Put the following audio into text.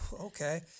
okay